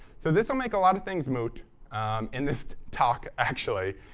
so this will make a lot of things moot in this talk, actually,